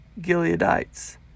Gileadites